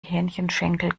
hähnchenschenkel